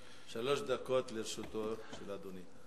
שלוש דקות לרשותו של אדוני.